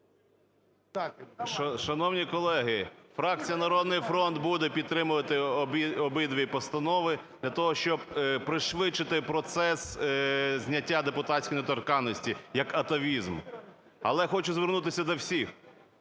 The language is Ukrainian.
Шановні колеги, фракція "Народний фронт" буде підтримувати обидві постанови для того, щоб пришвидшити процес зняття депутатської недоторканності як атавізм. Але хочу звернутися до всіх: